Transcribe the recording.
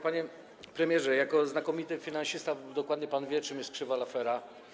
Panie premierze, jako znakomity finansista dokładnie pan wie, czym jest krzywa Laffera.